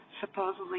supposedly